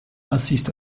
assiste